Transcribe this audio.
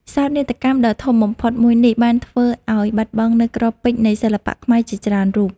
សោកនាដកម្មដ៏ធំបំផុតមួយនេះបានធ្វើឲ្យបាត់បង់នូវ គ្រាប់ពេជ្រនៃសិល្បៈខ្មែរជាច្រើនរូប។